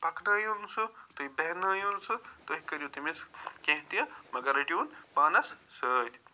پکنٲیُن سُہ تہٕ بیٚہنٲیُن سُہ تُہۍ کٔرِو تٔمِس کیٚنٛہہ تہِ مگر رٔٹِہُن پانس سۭتۍ